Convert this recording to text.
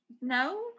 no